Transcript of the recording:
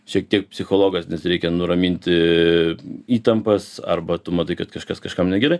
šiek tiek psichologas nes reikia nuraminti įtampas arba tu matai kad kažkas kažkam negerai